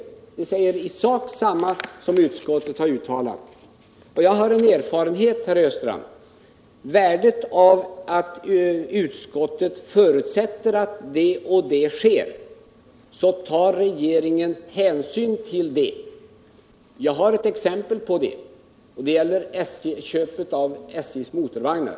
Ni säger i sak detsamma som utskottet. Jag har en erfarenhet, herr Östrand: När utskottet förutsätter att det och det sker, tar regeringen hänsyn till det. Jag har ett exempel på det, och det gäller köpet av SJ:s motorvagnar.